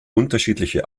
unterschiedliche